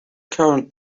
current